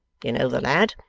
you know the lad,